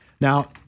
Now